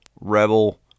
Rebel